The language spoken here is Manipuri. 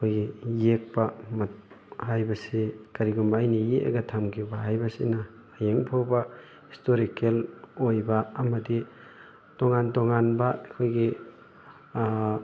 ꯑꯩꯈꯣꯏꯒꯤ ꯌꯦꯛꯄ ꯍꯥꯏꯕꯁꯤ ꯀꯔꯤꯒꯨꯝꯕ ꯑꯩꯅ ꯌꯦꯛꯑꯒ ꯊꯝꯈꯤꯕ ꯍꯥꯏꯕꯁꯤꯅ ꯍꯌꯦꯡ ꯐꯥꯎꯕ ꯍꯤꯁꯇꯣꯔꯤꯀꯦꯜ ꯑꯣꯏꯕ ꯑꯃꯗꯤ ꯇꯣꯉꯥꯟ ꯇꯣꯉꯥꯟꯕ ꯑꯩꯈꯣꯏꯒꯤ